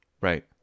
Right